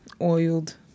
Oiled